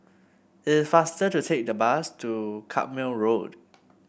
is faster to take the bus to Carpmael Road